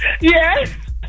Yes